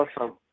awesome